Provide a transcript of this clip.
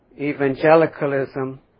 evangelicalism